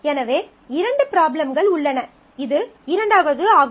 எனவே இரண்டு ப்ராப்ளம்கள் உள்ளன இது இரண்டாவது ஆகும்